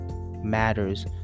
matters